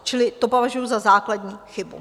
Čili to považuju za základní chybu.